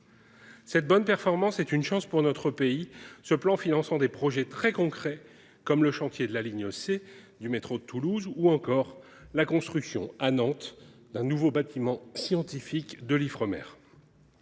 Cette bonne performance est une chance pour notre pays, ce plan finançant des projets très concrets, comme le chantier de la ligne C du métro toulousain ou la construction d’un nouveau bâtiment scientifique de l’Institut